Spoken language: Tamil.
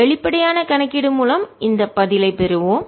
வெளிப்படையான கணக்கீடு மூலம் இந்த பதிலை பெறுவோம்